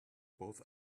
both